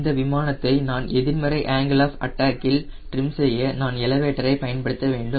இந்த விமானத்தை நேர்மறை ஆங்கிள் ஆஃப் அட்டாக்கில் ட்ரிம் செய்ய நான் எலவேட்டர் ஐ பயன்படுத்த வேண்டும்